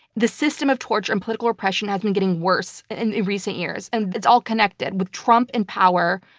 the system of torture and political repression has been getting worse in recent years, and it's all connected. with trump in power,